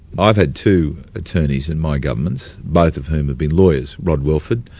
i've had two attorneys in my government, both of whom have been lawyers, rod welford,